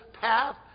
path